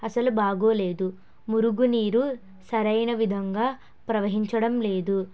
అసలు బాగాలేదు మురుగునీరు సరైన విధంగా ప్రవహించడం లేదు